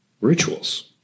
rituals